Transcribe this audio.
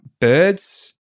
birds